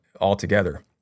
altogether